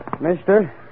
Mister